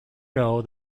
know